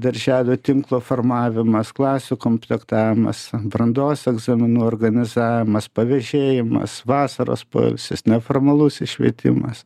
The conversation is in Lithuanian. darželių tinklo formavimas klasių komplektavimas brandos egzaminų organizavimas pavėžėjimas vasaros poilsis neformalusis švietimas